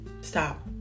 Stop